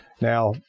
Now